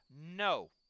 no